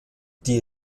die